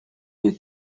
you